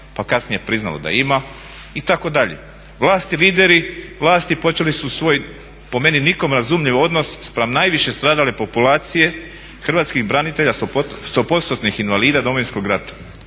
pa kasnije priznalo da ima itd. Vlast i lideri vlasti počeli su svoj po meni nikom razumljiv odnos spram najviše stradale populacije hrvatskih branitelja 100%-tnih invalida Domovinskog rata,